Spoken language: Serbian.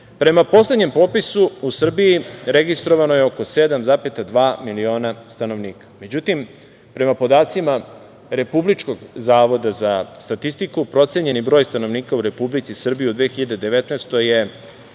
poslednjem popisu u Srbiji registrovano je oko 7,2 miliona stanovnika. Međutim, prema podacima Republičkog zavoda za statistiku procenjeni broj stanovnika u Republici Srbiji u 2019.